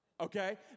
Okay